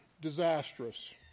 disastrous